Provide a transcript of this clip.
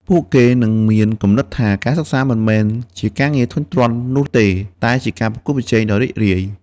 ពួកគេនឹងមានគំនិតថា ការសិក្សាមិនមែនជាការងារធុញទ្រាន់នោះទេ តែជាការប្រកួតប្រជែងដ៏រីករាយ។